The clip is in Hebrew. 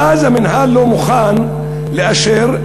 ואז המינהל לא מוכן לאשר,